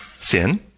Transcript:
sin